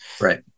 Right